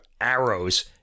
arrows